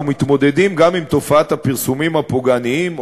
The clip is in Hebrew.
ומתמודדים גם עם תופעת הפרסומים הפוגעניים,